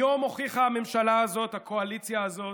היום הוכיחה הממשלה הזאת, הקואליציה הזאת,